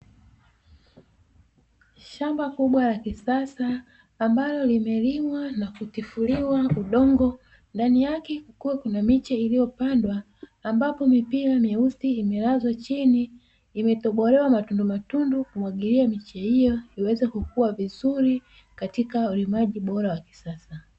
Shamba kubwa la kisasa ambalo limelimwa na kutifuliwa udongo, ndani yake kukiwa kuna miche iliyopandwa, ambapo mipira meusi imelazwa chini, imetobolewa matundumatundu, ili miche hiyo iweza kukua vizuri, katika ulimaji bora wa kisasa.